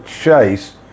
Chase